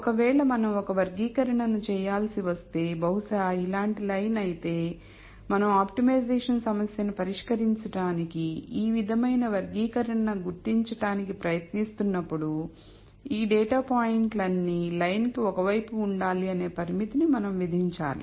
ఒకవేళ మనం ఒక వర్గీకరణను చేయాల్సి వస్తే బహుశా ఇలాంటి లైన్ అయితే మనం ఆప్టిమైజేషన్ సమస్యను పరిష్కరించడానికి ఈ విధమైన వర్గీకరణ గుర్తించడానికి ప్రయత్నిస్తున్నప్పుడు ఈ డేటా పాయింట్లన్నీ లైన్ కి ఒకవైపు ఉండాలి అనే పరిమితిని మనం విధించాలి